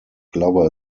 glover